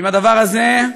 הדבר הזה,